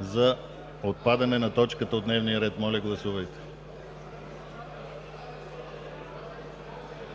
за отпадане на точката от дневния ред. Моля, гласувайте.